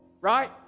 right